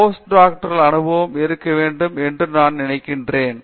post doctoral அனுபவம் இருக்க வேண்டும் என்று நான் நினைக்கிறேன்